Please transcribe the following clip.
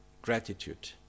Gratitude